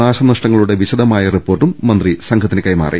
നാശനഷ്ടങ്ങളുടെ വിശദമായ റിപ്പോർട്ടും മന്ത്രി സംഘത്തിന് കൈമാറി